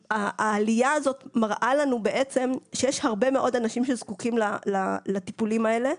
העלייה הזאת מראה לנו שיש הרבה מאוד אנשים שזקוקים לטיפולים האלה,